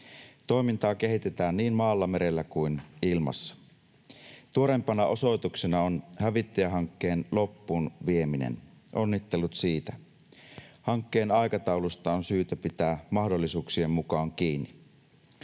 Toimintaa kehitetään niin maalla, merellä kuin ilmassa. Tuoreimpana osoituksena on hävittäjähankkeen loppuunvieminen — onnittelut siitä! Hankkeen aikataulusta on syytä pitää mahdollisuuksien mukaan kiinni.